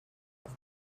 pour